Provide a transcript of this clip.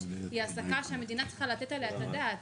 היא העסקה שהמדינה צריכה לתת עליה את הדעת.